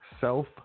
self